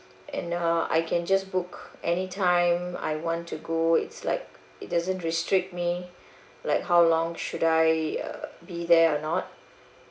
and uh I can just book anytime I want to go it's like it doesn't restrict me like how long should I uh be there or not